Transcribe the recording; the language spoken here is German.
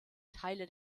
teile